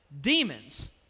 demons